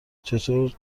چطور